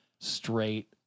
straight